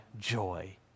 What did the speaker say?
joy